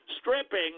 stripping